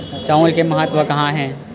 चांउर के महत्व कहां हे?